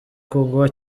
kugwa